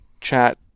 chat